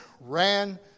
ran